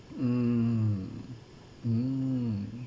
mm mm